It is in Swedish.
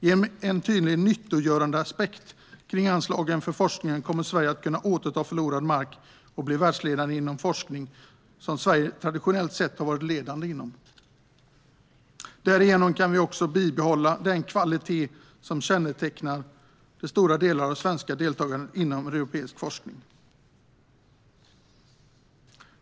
Genom en tydlig nyttogörandeaspekt kring anslagen för forskningen kommer Sverige att kunna återta förlorad mark och bli världsledande inom forskning som Sverige traditionellt sett varit ledande inom. Därigenom kan vi också bibehålla den kvalitet som kännetecknar stora delar av det svenska deltagandet inom europeisk forskning.